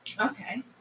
Okay